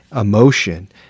emotion